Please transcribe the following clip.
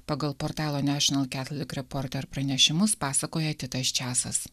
pagal portalo pranešimus pasakoja titas čiasas